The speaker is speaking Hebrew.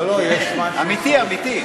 אמיתי.